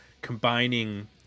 combining